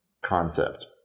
concept